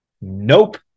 nope